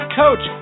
coach